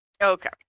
okay